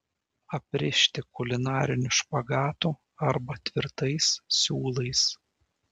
aprišti kulinariniu špagatu arba tvirtais siūlais